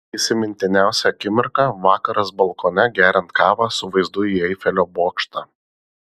įsimintiniausia akimirka vakaras balkone geriant kavą su vaizdu į eifelio bokštą